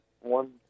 one